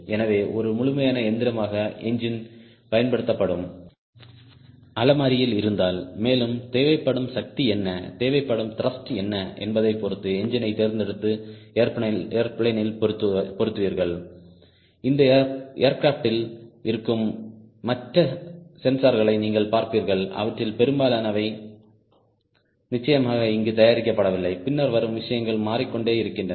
எனவே ஒரு முழுமையான இயந்திரமாக என்ஜின் பயன்படுத்தப்படும் அலமாரியில் இருந்தால் மேலும் தேவைப்படும் சக்தி என்ன தேவைப்படும் த்ருஷ்ட் என்ன என்பதை பொறுத்து என்ஜினை தேர்ந்தெடுத்து ஏரோபிளேன் ல் பொருந்துவீர்கள் இந்த ஏர்கிராப்ட் ல் இருக்கும் மற்ற சென்சார்களை நீங்கள் பார்ப்பீர்கள் அவற்றில் பெரும்பாலானவை நிச்சயமாக இங்கு தயாரிக்கப்படவில்லை பின்னர் வரும் விஷயங்கள் மாறிக்கொண்டே இருக்கின்றன